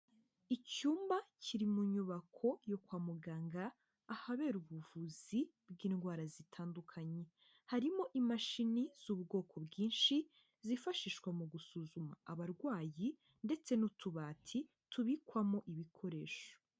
Icyumba kiri mu nyubako yo kwa muganga ahabera ubuvuzi bw'indwara zitandukanye, harimo imashini z'ubwoko bwinshi zifashishwa mu gusuzuma abarwayi, ndetse n'utubati tubikwamo ibikoresho.